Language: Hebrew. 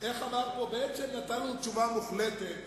בעצם נתן לנו תשובה מוחלטת